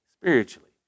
spiritually